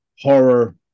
horror